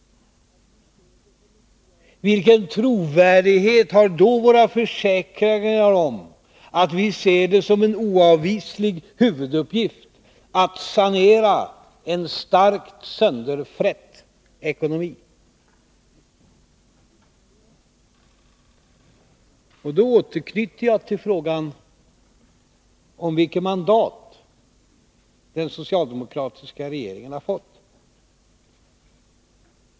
Vilken trovärdighet har då våra försäkringar om att vi ser det som en oavvislig huvuduppgift att sanera en starkt sönderfrätt ekonomi? Och då återknyter jag till frågan om vilket mandat den socialdemokratiska regeringen har fått.